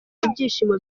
ibyishimo